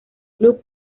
club